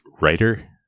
writer